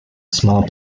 small